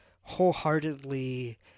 wholeheartedly